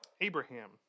Abraham